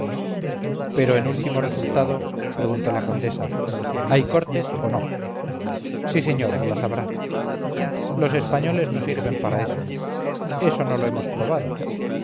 pero en último resultado preguntó la condesa hay cortes o no sí señora las habrá los españoles no sirven para eso eso no lo hemos probado